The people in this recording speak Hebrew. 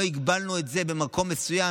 לא הגבלנו את זה למקום מסוים,